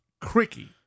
cricky